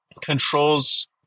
controls